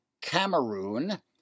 Cameroon